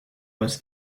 was